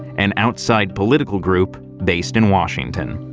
an outside political group based in washington.